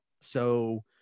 So-